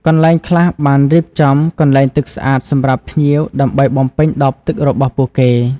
កន្លែងខ្លះបានរៀបចំកន្លែងទឹកស្អាតសម្រាប់ភ្ញៀវដើម្បីបំពេញដបទឹករបស់ពួកគេ។